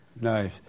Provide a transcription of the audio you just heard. Nice